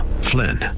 Flynn